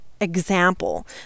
example